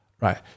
Right